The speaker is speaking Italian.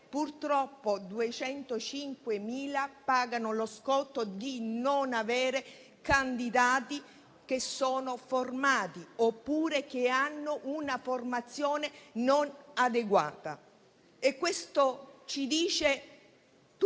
purtroppo 205.000 pagano lo scotto di non avere candidati formati oppure con una formazione non adeguata. Questo ci dice tutto.